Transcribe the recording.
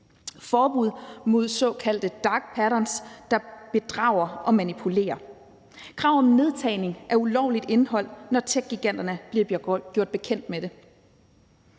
forbud mod såkaldte dark patterns, der bedrager og manipulerer, og krav om nedtagning af ulovligt indhold, når techgiganterne bliver gjort bekendt med det.